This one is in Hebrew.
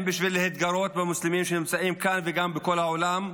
האם בשביל להתגרות במוסלמים שנמצאים כאן וגם בכל העולם?